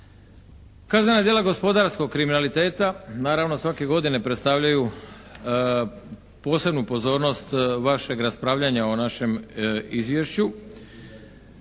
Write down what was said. Kaznena djela gospodarskog kriminaliteta naravno svake godine predstavljaju posebnu pozornost vašeg raspravljanja o našem izvješću.